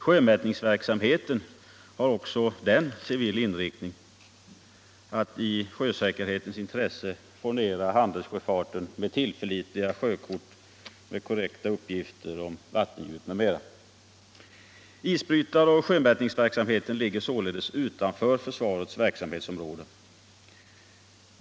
Sjömätningsverksamheten har också den en civil inriktning: att i sjö säkerhetens intresse furnera handelssjöfarten med tillförlitliga sjökort, korrekta uppgifter om vattendjup m.m. Isbrytaroch sjömätningsverksamheten ligger således utanför försvarets verksamhetsområde.